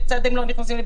לא נכנסים,